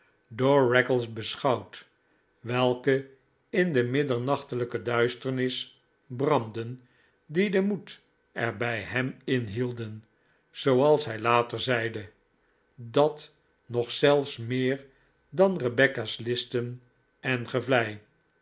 door raggles beschouwd welke in de middernachtelijke duisternis brandden die den moed er bij hem inhielden zooals hij later zeide dat nog zelfs meer dan rebecca's listen en gevlei